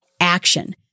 action